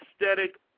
aesthetic